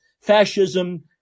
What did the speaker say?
fascism